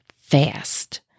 fast